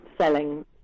selling